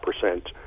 percent